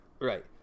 Right